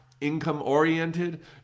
income-oriented